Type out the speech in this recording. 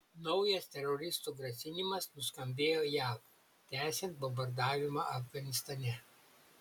naujas teroristų grasinimas nuskambėjo jav tęsiant bombardavimą afganistane